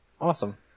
awesome